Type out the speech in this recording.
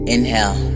Inhale